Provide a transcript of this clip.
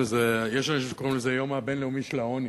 יש אנשים שקוראים לזה היום הבין-לאומי של העוני,